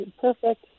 perfect